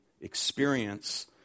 experience